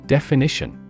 Definition